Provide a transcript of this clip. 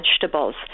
vegetables